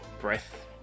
breath